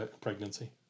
pregnancy